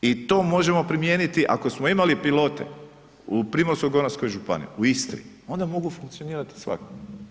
I to možemo primijeniti ako smo imali pilote u Primorsko-goranskoj županiji u Istri onda mogu funkcionirati svagdje.